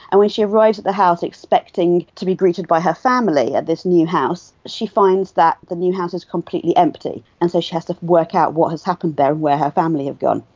and when she arrives at the house expecting to be greeted by her family at this new house, she finds that the new house is completely empty and so she has to work out what has happened there and where her family have gone.